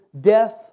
death